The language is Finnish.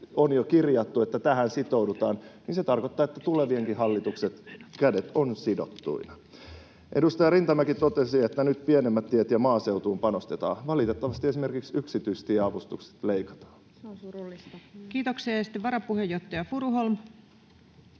on jo kirjattu, että tähän sitoudutaan, että se tarkoittaa, että tulevienkin hallitusten kädet ovat sidottuina. Edustaja Rintamäki totesi, että nyt pienempiin teihin ja maaseutuun panostetaan. Valitettavasti esimerkiksi yksityistieavustuksesta leikataan. [Eduskunnasta: Se on surullista!] Kiitoksia. — Ja sitten varapuheenjohtaja Furuholm.